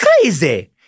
crazy